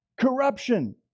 corruption